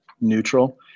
neutral